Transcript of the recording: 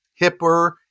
hipper